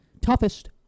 toughest